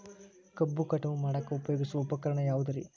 ಕಬ್ಬು ಕಟಾವು ಮಾಡಾಕ ಉಪಯೋಗಿಸುವ ಉಪಕರಣ ಯಾವುದರೇ?